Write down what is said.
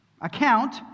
account